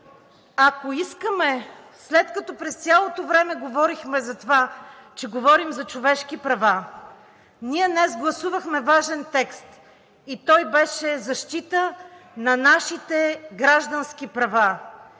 Ако искаме, след като през цялото време говорихме за това, че говорим за човешки права – ние днес гласувахме важен текст и той беше – защита на нашите граждански права.